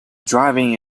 driving